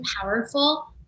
powerful